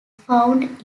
found